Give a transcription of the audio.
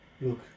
Look